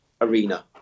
arena